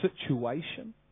situation